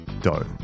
dough